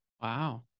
Wow